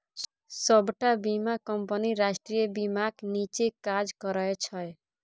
सबटा बीमा कंपनी राष्ट्रीय बीमाक नीच्चेँ काज करय छै